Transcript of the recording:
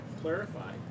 clarify